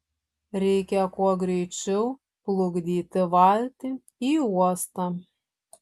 reikia kuo greičiau plukdyti valtį į uostą